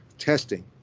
testing